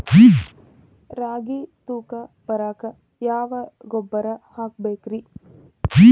ರಾಗಿ ತೂಕ ಬರಕ್ಕ ಯಾವ ಗೊಬ್ಬರ ಹಾಕಬೇಕ್ರಿ?